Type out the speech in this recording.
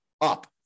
up